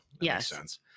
Yes